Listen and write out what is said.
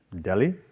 Delhi